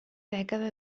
dècada